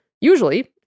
Usually